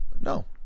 No